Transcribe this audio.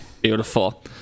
Beautiful